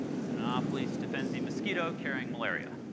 it's anopheles stephensi mosquito carrying malaria.